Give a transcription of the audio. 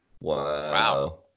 wow